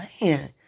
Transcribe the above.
man